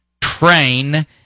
train